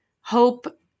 hope